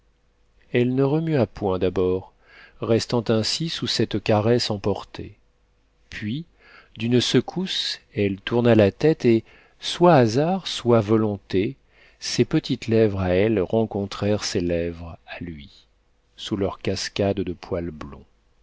elle ne remua point d'abord restant ainsi sous cette caresse emportée puis d'une secousse elle tourna la tête et soit hasard soit volonté ses petites lèvres à elle rencontrèrent ses lèvres à lui sous leur cascade de poils blonds